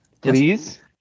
Please